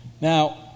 Now